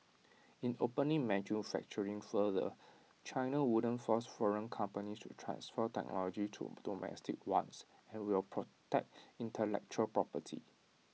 in opening manufacturing further China won't force foreign companies to transfer technology to domestic ones and will protect intellectual property